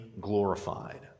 glorified